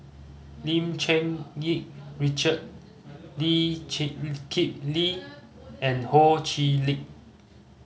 Lim Cherng Yih Richard Lee Chee Kip Lee and Ho Chee Lick